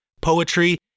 poetry